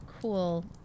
Cool